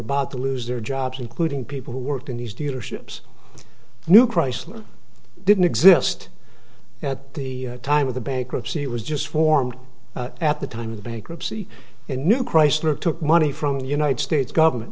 about to lose their jobs including people who worked in these dealerships new chrysler didn't exist at the time of the bankruptcy it was just formed at the time of the bankruptcy in new chrysler took money from the united states government